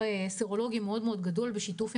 שהולך ומתפשט ותופס